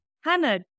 Hannah